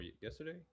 yesterday